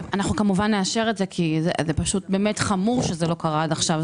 אנחנו כמובן נאשר את זה כי זה חמור שזה לא קרה עד עכשיו.